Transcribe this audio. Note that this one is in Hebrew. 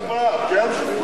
אז אתה בעד, כן?